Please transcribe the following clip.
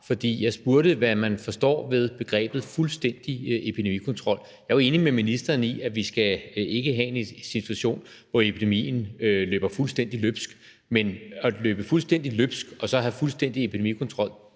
for jeg spurgte, hvad man forstår ved begrebet fuldstændig epidemikontrol. Jeg er jo enig med ministeren i, at vi ikke skal have en situation, hvor epidemien løber fuldstændig løbsk, men at løbe fuldstændig løbsk og så have fuldstændig epidemikontrol